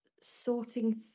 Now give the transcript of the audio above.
sorting